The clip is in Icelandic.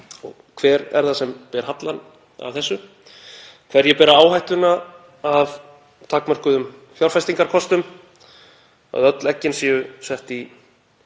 hver er það sem bera hallann af þessu? Hverjir bera áhættuna af takmörkuðum fjárfestingarkostum, að öll eggin séu sett í